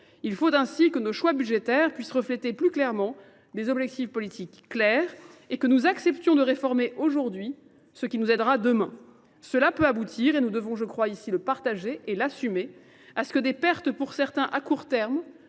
Il faut ainsi que nos choix budgétaires puissent refléter plus clairement des objectifs politiques clairs et que nous acceptions de réformer aujourd'hui ce qui nous aidera demain. Cela peut aboutir, et nous devons je crois ici le partager et l'assumer, à ce que des pertes pour certains à court terme